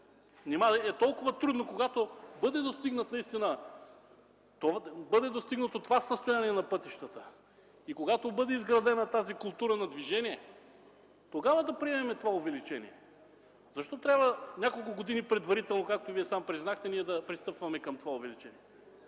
е толкова трудно, когато бъде достигнато това състояние на пътищата и когато бъде изградена култура на движение, тогава да приемем това увеличение? Защо трябва няколко години предварително, както Вие сам признахте, да пристъпваме към това увеличение?